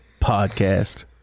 podcast